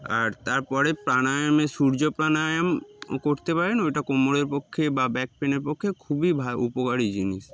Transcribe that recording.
আর তারপরে প্রাণায়ামে সূর্য প্রাণায়াম করতে পারেন ওইটা কোমরের পক্ষে বা ব্যাক পেনের পক্ষে খুবই ভ উপকারী জিনিস